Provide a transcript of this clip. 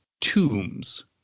tombs